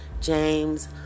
James